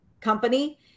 company